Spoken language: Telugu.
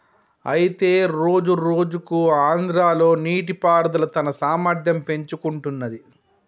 అయితే రోజురోజుకు ఆంధ్రాలో నీటిపారుదల తన సామర్థ్యం పెంచుకుంటున్నది